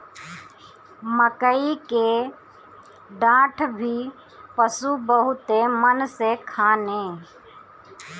मकई के डाठ भी पशु बहुते मन से खाने